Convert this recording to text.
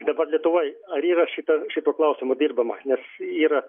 dabar lietuvoj ar yra šita šituo klausimu dirbama nes yra